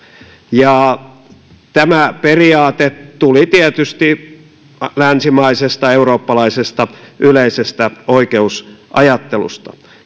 tämä periaate tuli tietysti yleisestä länsimaisesta eurooppalaisesta oikeusajattelusta